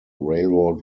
railroad